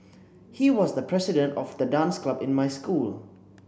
he was the president of the dance club in my school